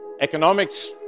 Economics